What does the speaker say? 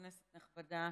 כנסת נכבדה,